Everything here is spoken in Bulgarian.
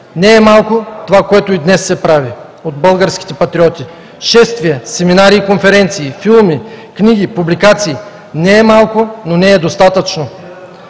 Не е малко това, което и днес се прави от българските патриоти – шествия, семинари и конференции, филми, книги, публикации. Не е малко, но не е достатъчно.